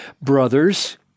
brothers